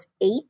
eight